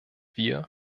wir